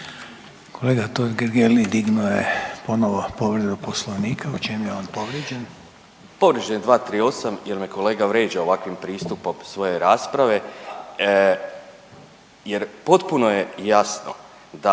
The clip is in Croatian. Kolega Totgergeli dignuo je ponovo povredu poslovnika. U čem je on povrijeđen?